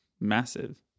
massive